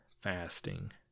Fasting